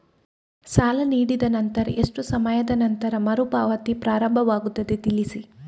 ಸಾಲ ನೀಡಿದ ನಂತರ ಎಷ್ಟು ಸಮಯದ ನಂತರ ಮರುಪಾವತಿ ಪ್ರಾರಂಭವಾಗುತ್ತದೆ ತಿಳಿಸಿ?